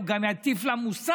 הוא גם יטיף לה מוסר.